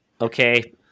Okay